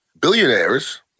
Billionaires